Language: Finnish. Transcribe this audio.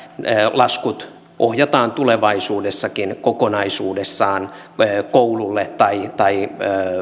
laskut ohjataan tulevaisuudessakin kokonaisuudessaan koululle tai tai